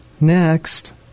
Next